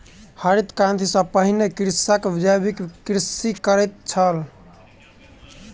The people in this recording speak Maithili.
हरित क्रांति सॅ पहिने कृषक जैविक कृषि करैत छल